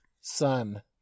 sun